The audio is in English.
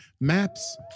Maps